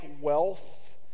wealth